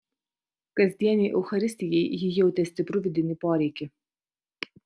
kasdienei eucharistijai ji jautė stiprų vidinį poreikį